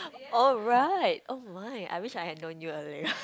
alright oh my I wish I have known you earlier